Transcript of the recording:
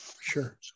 Sure